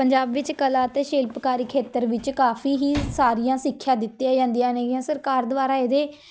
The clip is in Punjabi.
ਪੰਜਾਬ ਵਿੱਚ ਕਲਾ ਅਤੇ ਸ਼ਿਲਪਕਾਰੀ ਖੇਤਰ ਵਿੱਚ ਕਾਫੀ ਹੀ ਸਾਰੀਆਂ ਸਿੱਖਿਆ ਦਿੱਤੀਆਂ ਜਾਂਦੀਆਂ ਨੇਗੀਆ ਸਰਕਾਰ ਦੁਆਰਾ ਇਹਦੇ